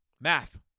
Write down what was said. Math